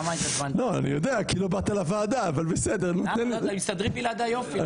לא באת לוועדה.\ מסתדרים יופי בלעדיי.